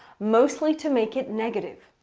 mostly to make it negative.